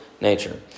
nature